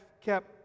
kept